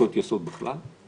ובזכויות יסוד בכלל,